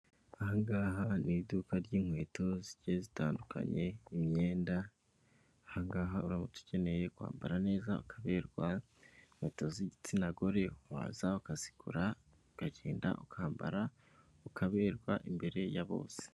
Ahangaha ni iduka ry'inkweto zigiye zitandukanye, imyenda; ahangaha uramutse ukeneye kwambara neza ukaberwa, inkweto z'igitsina gore waza ukazigura ukagenda ukambara ukaberwa imbere ya bose.